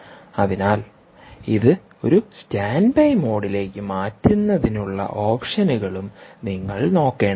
അതിനാൽഇത് ഒരു സ്റ്റാൻഡ്ബൈ മോഡിലേക്ക്മാറ്റുന്നതിനുള്ള ഓപ്ഷനുകളും നിങ്ങൾ നോക്കേണ്ടതുണ്ട്